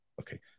okay